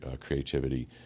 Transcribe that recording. creativity